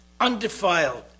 undefiled